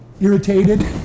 irritated